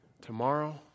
tomorrow